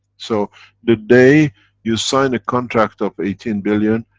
so the day you sign a contract of eighteen billion,